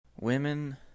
Women